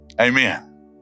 Amen